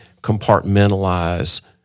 compartmentalize